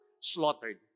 Slaughtered